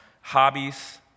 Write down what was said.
hobbies